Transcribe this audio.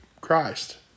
Christ